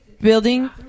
building